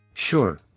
Sure